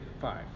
five